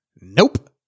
nope